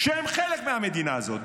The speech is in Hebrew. שהם חלק מהמדינה הזאת,